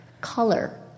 Color